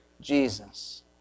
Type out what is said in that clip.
Jesus